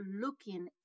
looking